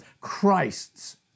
Christ's